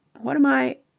what am i.